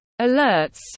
Alerts